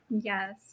Yes